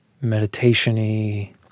meditation-y